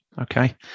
Okay